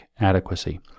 adequacy